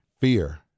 Fear